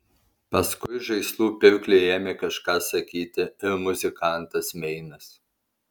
paskui žaislų pirkliui ėmė kažką sakyti ir muzikantas meinas